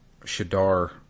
Shadar